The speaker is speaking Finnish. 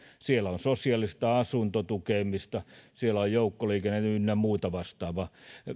siellä on sosiaalista asuntotukemista siellä on joukkoliikenne ynnä muuta vastaavaa